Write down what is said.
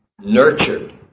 nurtured